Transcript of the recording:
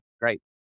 Great